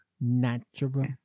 Natural